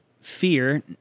fear